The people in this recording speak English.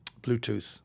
Bluetooth